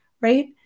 right